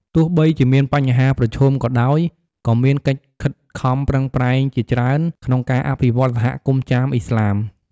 ទោះបីជាមានបញ្ហាប្រឈមក៏ដោយ ក៏មានកិច្ចខិតខំប្រឹងប្រែងជាច្រើនក្នុងការអភិវឌ្ឍន៍សហគមន៍ចាមឥស្លាម។